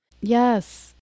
Yes